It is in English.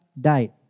died